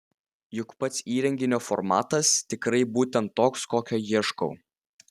juk pats įrenginio formatas tikrai būtent toks kokio ieškau